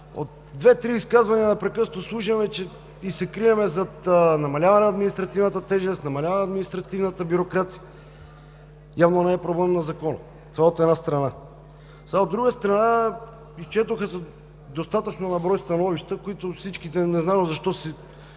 От две-три изказвания непрекъснато слушаме и се крием зад намаляване на административната тежест, намаляване на административната бюрокрация, явно не е проблем на закона – това, от една страна. От друга страна, изчетоха се достатъчно на брой становища, в които всички, не знам защо, се